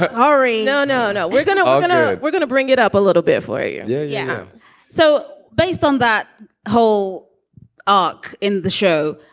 ah ari. no, no, no. we're gonna um gonna we're gonna bring it up a little bit for you. yeah. yeah so based on that whole arc in the show,